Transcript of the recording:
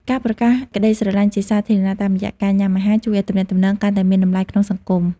ការប្រកាសក្ដីស្រឡាញ់ជាសាធារណៈតាមរយៈការញុាំអាហារ ជួយឱ្យទំនាក់ទំនងកាន់តែមានតម្លៃក្នុងសង្គម។